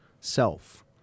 self